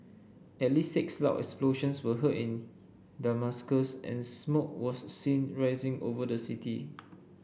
at least six loud explosions were heard in Damascus and smoke was seen rising over the city